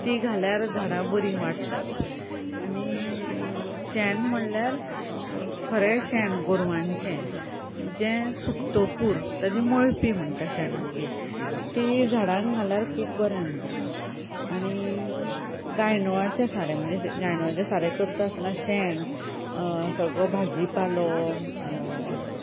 ती घाल्यार झाडां बरी वाडटात आणी शेण म्हणल्यार खरें शेण गोरवांचें जें सुकतोकूर ताजी मळपी म्हणटा शेणाची ती झाडांग घाल्यार खूब बरें म्हणटा आनी गायडोळाचें सारें म्हणजे अशें गायडोळाचें सारें करता आसतना शेण सगळो भाजी पालो